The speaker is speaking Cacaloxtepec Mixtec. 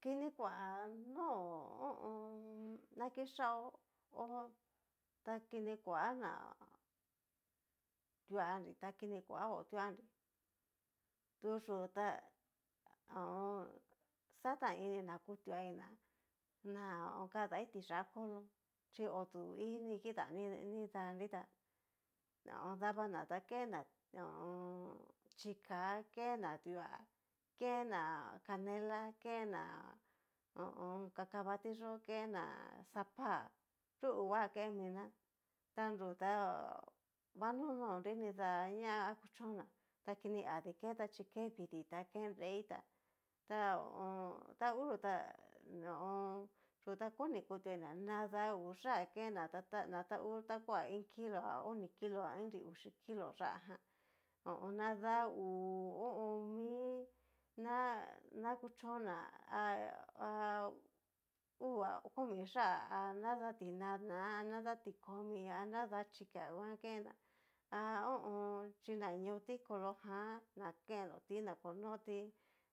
Kini kua no ho o on. na kixhaó hó ta kini kua ná tuandri ta kini kua na ho tuanrí tu yú ta xata ini na kutuai ná nakadai tiyá kolo, chi odu ini kida nridanritá dava ná ta kena ho o on. chika ken ná dua, ken ná canela, ken ná ho o on. kakabatíyo ken ná sapá nru huva ken miná ta nru ta va nononri nidá ñá akuchon naá ta kini adi keta chi kee viditán ké nreitá ta ho o on. ta uu tá ho o on. yu ta koni kutuaí na nadá hú yá'a kenná na ta ngu ta koa iin kilo ha oni kilo a inri uxi kilo yá'a jan nada hú ho o on mí na na kuchoná ha ha uu a komi yá'a a nadá tinana a nadá ti komi a nadá xhika nguan kená a ho o on. chi na neo tikolo jan na kendroti na konoti